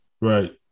Right